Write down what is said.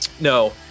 No